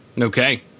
Okay